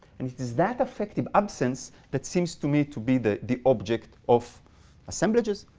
and it is that affective absence, that seems to me to be the the object of assemblages,